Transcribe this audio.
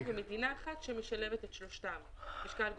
ויש מדינה אחת שמשלבת את שלושתם משקל,